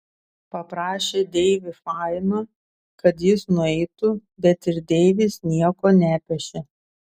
paprašė deivį fainą kad jis nueitų bet ir deivis nieko nepešė